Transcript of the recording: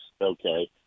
Okay